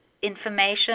information